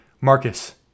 Marcus